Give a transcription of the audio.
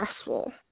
stressful